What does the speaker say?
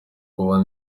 kuba